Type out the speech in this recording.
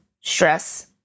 stress